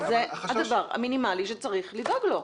זה הדבר המינימלי שצריך לדאוג לו.